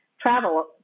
travel